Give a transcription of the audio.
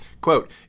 quote